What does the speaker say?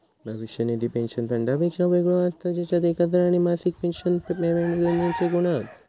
भविष्य निधी पेंशन फंडापेक्षा वेगळो असता जेच्यात एकत्र आणि मासिक पेंशन पेमेंट दोन्हिंचे गुण हत